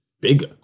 bigger